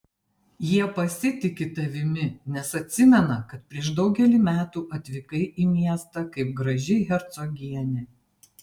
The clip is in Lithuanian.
jie pasitiki tavimi nes atsimena kad prieš daugelį metų atvykai į miestą kaip graži hercogienė